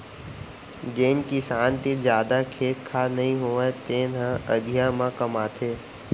जेन किसान तीर जादा खेत खार नइ होवय तेने ह अधिया म कमाथे